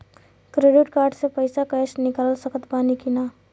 Credit card से पईसा cash निकाल सकत बानी की ना?